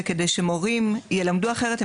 ועל מנת שמורים ילמדו אחרת,